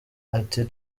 ati